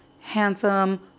handsome